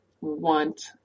want